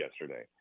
yesterday